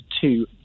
two